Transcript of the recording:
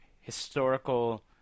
historical